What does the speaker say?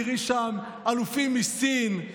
תראי שם אלופים מסין,